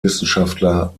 wissenschaftler